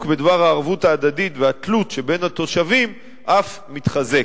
בדבר הערבות ההדדית והתלות שבין התושבים אף מתחזק.